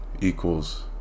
equals